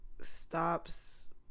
stops